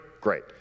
Great